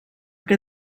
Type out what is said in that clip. que